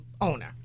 owner